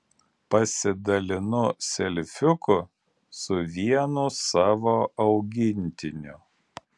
pasidalinu selfiuku su vienu savo augintiniu